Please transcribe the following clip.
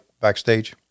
backstage